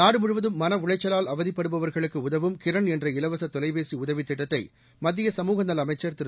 நாடு முழுவதும் மனஉளைச்சலால் அவதிப்படுபவர்களுக்கு உதவும் கிரன் என்ற இலவச தொலைபேசி உதவி திட்டத்தை மத்திய சமுக நல அமைச்சர் திரு